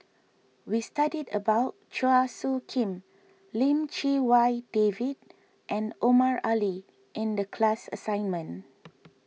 we studied about Chua Soo Khim Lim Chee Wai David and Omar Ali in the class assignment